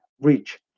reach